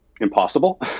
impossible